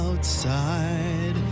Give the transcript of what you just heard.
outside